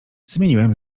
zmieniłem